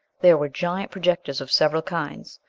there were giant projectors of several kinds,